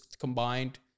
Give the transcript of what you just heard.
combined